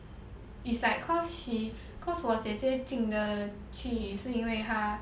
it's like cause she cause 我姐姐进得去是因为他